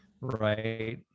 right